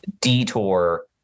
detour